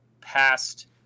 past